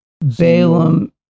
Balaam